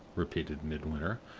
repeated midwinter,